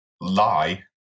lie